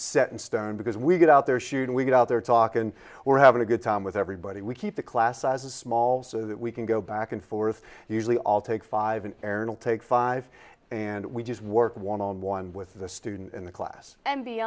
set in stone because we get out there shoot and we get out there talk and we're having a good time with everybody we keep the class sizes small so that we can go back and forth usually all take five an aerial take five and we just work one on one with the student in the class and be